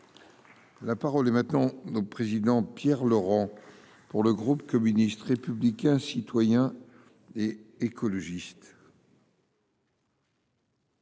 La parole est maintenant notre président, Pierre Laurent, pour le groupe communiste, républicain, citoyen et écologiste.